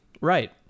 right